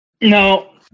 No